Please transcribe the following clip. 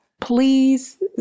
please